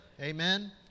Amen